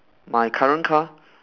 my current car